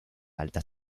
altas